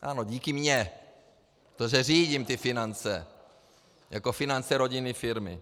Ano, díky mně, protože řídím ty finance jako finance rodinné firmy.